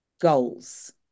goals